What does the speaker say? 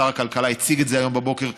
שר הכלכלה הציג את זה היום בבוקר,